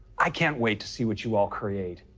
i can't wait to see what you all create,